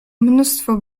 mnóstwo